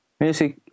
Music